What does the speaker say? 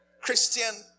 Christian